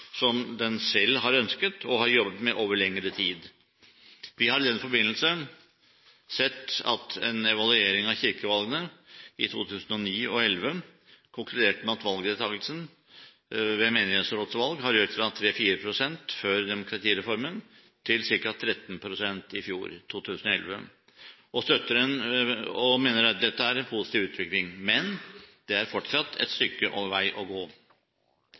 selv har ønsket og har jobbet med over lengre tid. Vi har i den forbindelse sett at en evaluering av kirkevalgene i 2009 og 2011 konkluderte med at valgdeltakelsen ved menighetsrådvalgene har økt fra 3–4 pst. før demokratireformen til ca. 13 pst. i fjor, i 2011. Vi mener dette er en positiv utvikling, men det er fortsatt et stykke vei å gå.